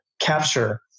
capture